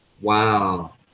Wow